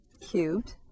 cubed